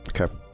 Okay